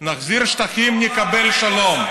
נחזיר שטחים, נקבל שלום.